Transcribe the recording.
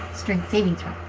strength saving throw.